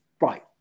Right